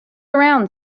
around